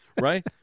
Right